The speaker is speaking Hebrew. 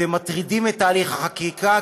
אתם מטרידים את תהליך החקיקה,